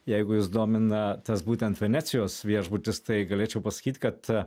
jeigu jus domina tas būtent venecijos viešbutis tai galėčiau pasakyt kad